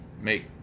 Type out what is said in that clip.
make